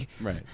right